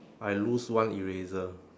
I lose one eraser